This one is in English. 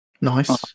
Nice